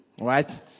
Right